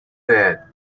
bed